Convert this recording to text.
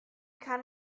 kann